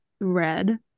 Red